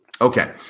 Okay